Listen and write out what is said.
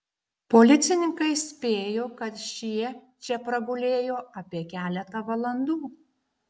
policininkai spėjo kad šie čia pragulėjo apie keletą valandų